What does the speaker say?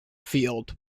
field